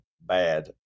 bad